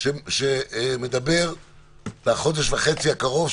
שמדבר לחודש וחצי הקרוב,